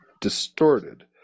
distorted